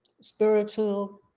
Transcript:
spiritual